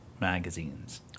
magazines